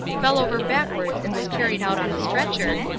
fell over backwards and was carried out on a stretcher,